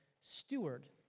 steward